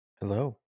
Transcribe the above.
Hello